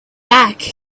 back